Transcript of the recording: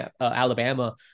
Alabama